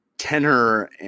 tenor